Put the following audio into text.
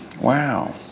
wow